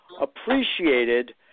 appreciated